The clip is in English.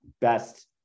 best